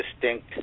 distinct